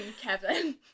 Kevin